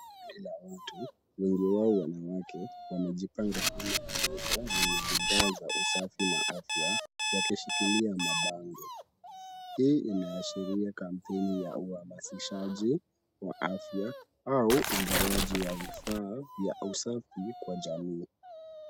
Kundi la watu wengi wao wanawake wamejipanga nyuma ya meza yenye bidhaa za usafi na afya wakishikilia mabango. Hii inaashiria kampeni ya uhamasishaji wa afya au ugawaji wa vifaa vya usafi kwa jamii.